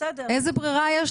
איזה ברירה?